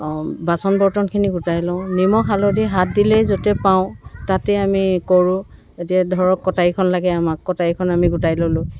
বাচন বৰ্তনখিনি গোটাই লওঁ নিমখ হালধি হাত দিলেই য'তেই পাওঁ তাতেই আমি কৰোঁ এতিয়া ধৰক কটাৰীখন লাগে আমাক কটাৰীখন আমি গোটাই ল'লোঁ